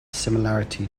similarity